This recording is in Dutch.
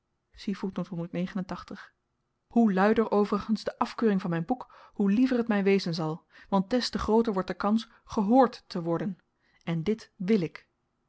hoe luider overigens de afkeuring van myn boek hoe liever t my wezen zal want des te grooter wordt de kans gehoord te worden en dit wil ik